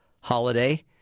holiday